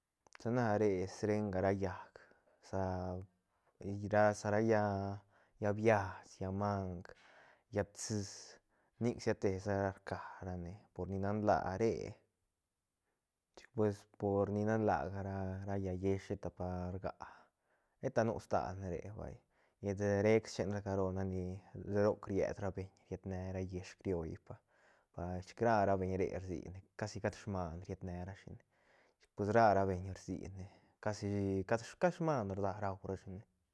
Sana re srenga ra llaäc sa ra sa ra llaäc biast llaä mang llaä psi siatesa rca rane por ni nan laa re chic pues por nan laa ga ra ra llaä yiësh sheta pa rga sheta nu stalne re vay llet rec schenra caro roc ried ra beñ rietne ra yiësh crioll pa chic ra- ra beñ re rsine asi cat sman rietne rashine pues ra- ra beiñ rsine casi cad- cad sman raura shine.